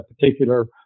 particular